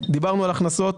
דיברנו על הכנסות,